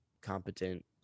competent